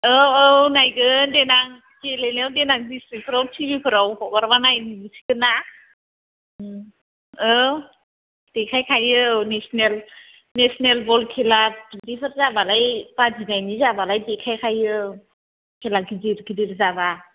औ औ नायगोन देनां गेलेनायाव देनां डिस्ट्रिकफ्राव टिभिफ्राव हगारबा नायनो मोनसिगोन ना औ देखायखायो औ नेसनेल नेसनेल बल खेला बिदिफोर बादिनायनि जाबालाय देखायखायो खेला गिदिद गिदिद जाबा